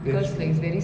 that's true